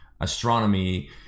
astronomy